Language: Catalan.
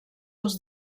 els